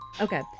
Okay